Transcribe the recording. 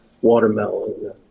watermelon